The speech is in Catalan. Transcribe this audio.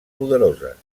poderoses